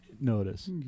notice